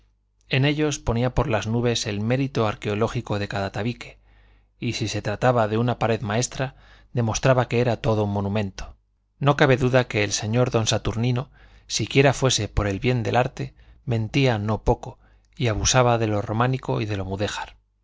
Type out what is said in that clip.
en ellos ponía por las nubes el mérito arqueológico de cada tabique y si se trataba de una pared maestra demostraba que era todo un monumento no cabe duda que el señor don saturnino siquiera fuese por bien del arte mentía no poco y abusaba de lo románico y de lo mudéjar